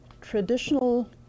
traditional